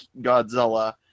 Godzilla